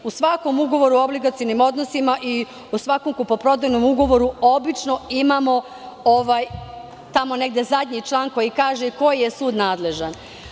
U svakom ugovoru o obligacionim odnosima i u svakom kupoprodajnom ugovoru imamo, tamo negde, zadnji član koji kaže koji je sud nadležan.